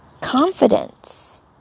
confidence